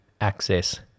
access